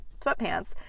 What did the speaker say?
sweatpants